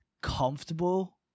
comfortable